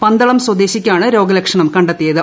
പന്തളം സ്വദേശിക്കാണ് രോഗലക്ഷണം കത്തിയത്